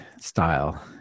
style